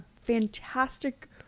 fantastic